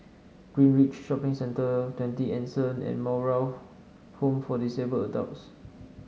Greenridge Shopping Centre Twenty Anson and Moral Home for Disabled Adults